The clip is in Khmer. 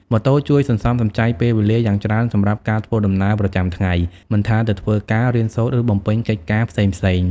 ម៉ូតូជួយ សន្សំសំចៃពេលវេលា យ៉ាងច្រើនសម្រាប់ការធ្វើដំណើរប្រចាំថ្ងៃ មិនថាទៅធ្វើការ រៀនសូត្រ ឬបំពេញកិច្ចការផ្សេងៗ ។